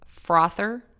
frother